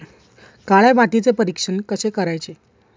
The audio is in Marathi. काळ्या मातीचे परीक्षण कसे करायचे?